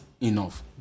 enough